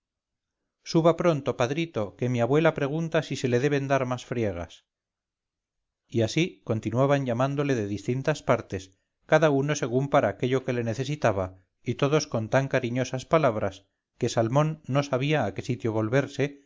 suba pronto padrito que mi abuela pregunta si se le deben dar más friegas y así continuaban llamándole de distintas partes cada uno según para aquello que le necesitaba y todos con tan cariñosas palabras que salmón no sabía a qué sitio volverse